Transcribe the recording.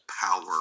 power